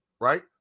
right